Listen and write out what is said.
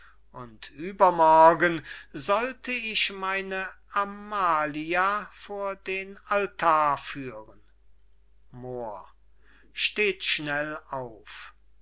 und übermorgen sollte ich meine amalia vor den altar führen moor